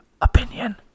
OPINION